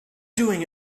doing